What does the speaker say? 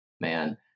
Man